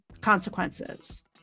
consequences